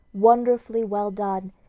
wonderfully well done,